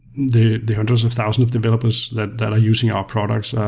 the the hundreds of thousands of developers that that are using our products.